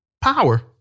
Power